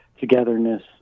togetherness